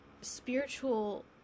spiritual